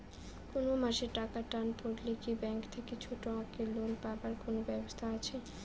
কুনো মাসে টাকার টান পড়লে কি ব্যাংক থাকি ছোটো অঙ্কের লোন পাবার কুনো ব্যাবস্থা আছে?